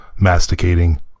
masticating